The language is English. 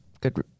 good